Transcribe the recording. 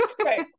right